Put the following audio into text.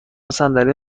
صندلی